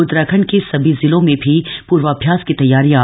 उत्तराखंड के सभी जिलों में भी पर्वाभ्याप्त की तैयारियां